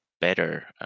better